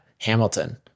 Hamilton